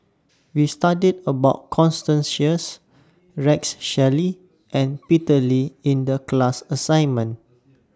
We studied about Constance Sheares Rex Shelley and Peter Lee in The class assignment